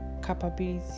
capability